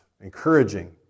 encouraging